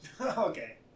Okay